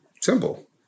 Simple